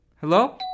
Hello